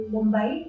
Mumbai